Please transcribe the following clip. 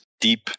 deep